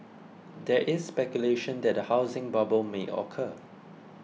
there is speculation that a housing bubble may occur